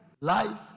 Life